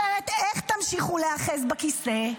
אחרת, איך תמשיכו להיאחז בכיסא?